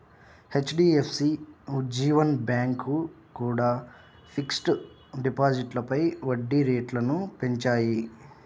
HDFC, Ujjivan bank కూడా fixed డిపాజిట్లపై వడ్డీ రేట్లను పెంచాయి